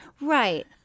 Right